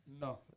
No